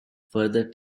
further